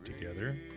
together